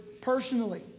personally